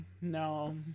no